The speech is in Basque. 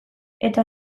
eta